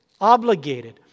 obligated